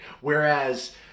whereas